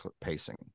pacing